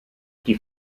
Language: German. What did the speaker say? die